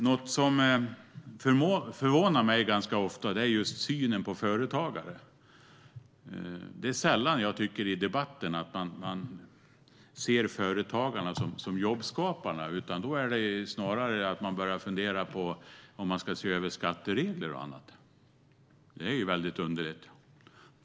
Något som förvånar mig ganska ofta är synen på företagare. Det är sällan jag tycker att man i debatten ser företagarna som jobbskaparna. Man börjar snarare fundera på om man ska se över skatteregler och annat. Det är väldigt underligt.